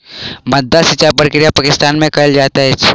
माद्दा सिचाई प्रक्रिया पाकिस्तान में कयल जाइत अछि